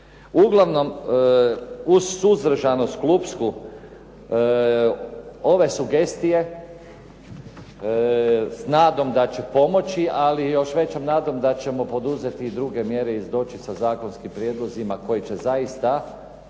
Uglavnom uz suzdržanu …/Govornik se ne razumije./… ovdje sugestije s nadom da će pomoći, ali još većom nadom da ćemo poduzeti i druge mjere i doći sa zakonskim prijedlozima koji će zaista